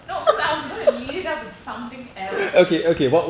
no cause I was gonna lead it up with something else